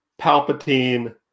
Palpatine